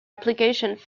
applications